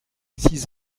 six